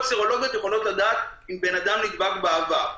סרולוגיות יכולות לדעת אם בן אדם נדבק בעבר.